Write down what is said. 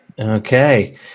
Okay